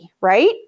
right